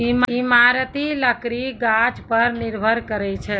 इमारती लकड़ी गाछ पर निर्भर करै छै